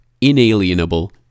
inalienable